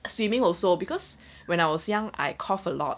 swimming also because when I was young I cough a lot